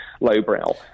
lowbrow